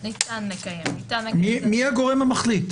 מי הגורם המחליט?